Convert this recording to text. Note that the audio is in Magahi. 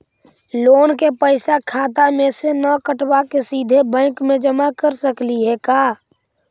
लोन के पैसा खाता मे से न कटवा के सिधे बैंक में जमा कर सकली हे का?